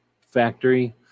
factory